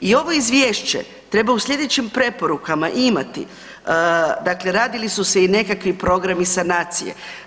I ovo izvješće treba u slijedećim preporukama imati dakle, radili su se i nekakvi programi sanacije.